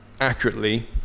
accurately